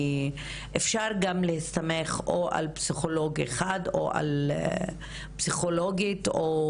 אפשר גם להסתמך על פסיכולוג או פסיכולוגית אחת,